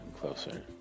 closer